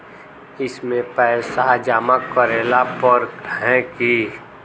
इसमें पैसा जमा करेला पर है की?